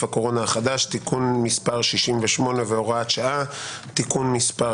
הקורונה החדש תיקון מס' 68 והוראת שעה) (תיקון מס'